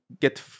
get